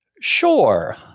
Sure